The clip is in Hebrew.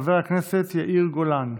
חבר הכנסת יאיר גולן,